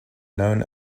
known